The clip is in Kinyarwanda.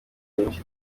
nyinshi